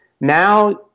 Now